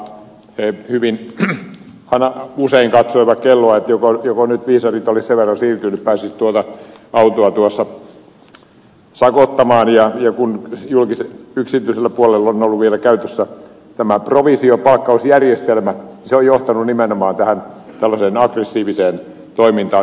he hyvin usein katsoivat kelloa että joko nyt viisarit olisivat sen verran siirtyneet että pääsisi tuota autoa tuossa sakottamaan ja kun yksityisellä puolella on ollut vielä käytössä tämä provisiopalkkausjärjestelmä niin se on johtanut nimenomaan tähän tällaiseen aggressiiviseen toimintaan